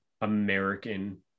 American